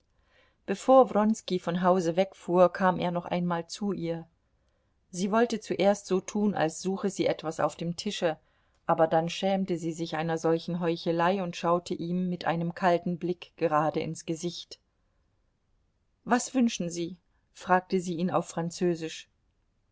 bevor wronski von hause wegfuhr kam er noch einmal zu ihr sie wollte zuerst so tun als suche sie etwas auf dem tische aber dann schämte sie sich einer solchen heuchelei und schaute ihm mit einem kalten blick gerade ins gesicht was wünschen sie fragte sie ihn auf französisch